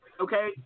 Okay